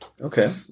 Okay